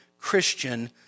Christian